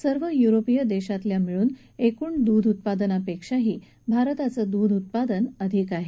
सर्व युरोपिय देशातल्या मिळून एकूण दूध उत्पादनापेक्षाही भारताचं दूध उत्पादन अधिक आहे